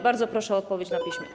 Bardzo proszę o odpowiedź na piśmie.